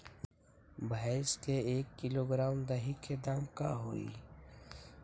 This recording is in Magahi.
भैस के एक किलोग्राम दही के दाम का होई?